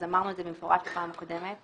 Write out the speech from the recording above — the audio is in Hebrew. אמרנו את זה במפורש בפעם הקודמת,